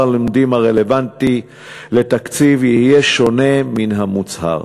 הלומדים הרלוונטי לתקציב יהיה שונה מן המוצהר.